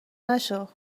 نشو